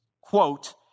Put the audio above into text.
quote